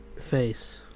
face